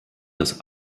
das